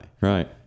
Right